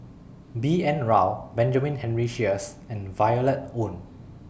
B N Rao Benjamin Henry Sheares and Violet Oon